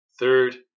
Third